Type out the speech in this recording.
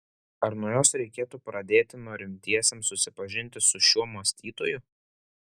ar nuo jos reikėtų pradėti norintiesiems susipažinti su šiuo mąstytoju